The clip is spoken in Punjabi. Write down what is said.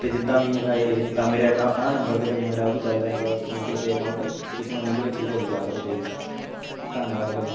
ਅਤੇ ਜਿੱਦਾਂ ਵੀ ਹੈਗਾ ਹੈ ਤਾਂ ਮੇਰੇ ਅਕਾਊਂ ਆਹ ਨੰਬਰ 'ਤੇ ਭਾਅ ਜੀ ਮੇਰਾ ਉਹ ਵੀ ਚੱਲਦਾ ਹੈਗਾ ਗੂਗਲ ਪੇ ਅਕਾਊਂਟ ਤੁਸੀ ਮੈਨੂੰ ਇਹਦੀ ਵਿੱਚ ਵੀ ਭਾਅ ਜੀ ਪਾ ਸਕਦੇ ਹੈ ਧੰਨਵਾਦ ਭਾਅ ਜੀ